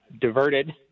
diverted